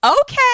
Okay